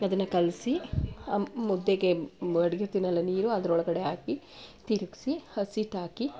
ಅದನ್ನು ಕಲಸಿ ಮುದ್ದೆಗೆ ಮಡಗಿರ್ತೀನಲ್ಲ ನೀರು ಅದರೊಳಗಡೆ ಹಾಕಿ ತಿರುಗ್ಸಿ ಹಸಿ ಇಟ್ಟು ಹಾಕಿ